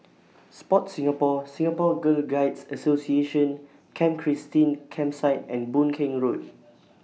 Sport Singapore Singapore Girl Guides Association Camp Christine Campsite and Boon Keng Road